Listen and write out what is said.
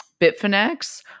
Bitfinex